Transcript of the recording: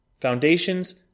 Foundations